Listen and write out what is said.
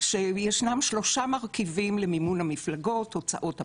שישנם 3 מרכיבים למימון המפלגות: הוצאות הבחירות,